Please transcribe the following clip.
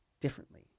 differently